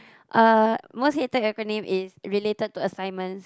uh most hated acronym is related to assignments